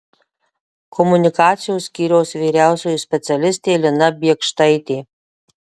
komunikacijos skyriaus vyriausioji specialistė lina biekštaitė